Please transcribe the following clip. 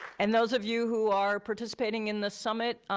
and those of you who are participating in the summit,